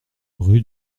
rue